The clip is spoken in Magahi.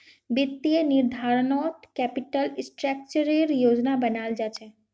वित्तीय निर्धारणत कैपिटल स्ट्रक्चरेर योजना बनाल जा छेक